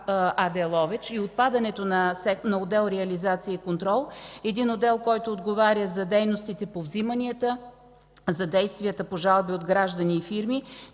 – Ловеч, и отпадането на отдел „Реализация и контрол”, който отговаря за дейностите по вземанията, за действията по жалби от граждани и фирми.